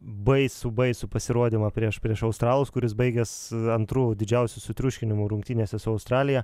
baisų baisų pasirodymą prieš prieš australus kuris baigės antru didžiausiu sutriuškinimu rungtynėse su australija